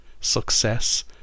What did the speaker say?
success